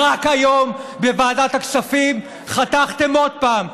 אם לא, אני אוסיף לו את כל הזמן שתפריעו לו.